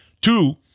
Two